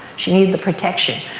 she needed the protection.